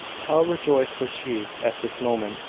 how rejoiced was she, at this moment,